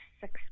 six